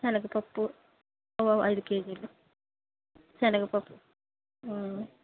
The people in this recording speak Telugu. సెనగపప్పు ఓ ఐదు కేజీలు సెనగపప్పు